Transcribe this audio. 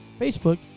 Facebook